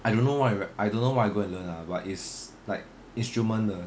I don't know why I don't know why I go and learn lah but is like instrument 的